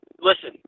listen